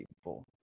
people